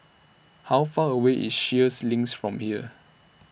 How Far away IS Sheares Links from here